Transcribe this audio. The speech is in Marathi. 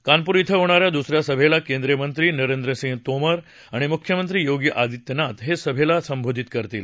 कानपूर िक्वे होणा या दुस या सभेला केंद्रीय मंत्री नरेंद्रसिंग तोमर आणि मुख्यमंत्री योगी आदित्यनाथ हे सभेला संबोधित करतील